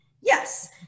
Yes